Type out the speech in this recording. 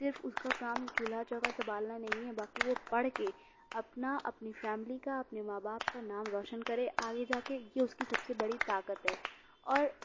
صرف اس کا کام چولہا چوکا سنبھالنا نہیں ہے باقی وہ پڑھ کے اپنا اپنی فیملی کا اپنے ماں باپ کا نام روشن کرے آگے جا کے یہ اس کی سب سے بڑی طاقت ہے اور